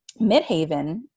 Midhaven